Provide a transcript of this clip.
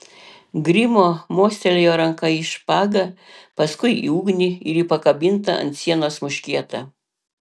grimo mostelėjo ranka į špagą paskui į ugnį ir į pakabintą ant sienos muškietą